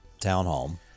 townhome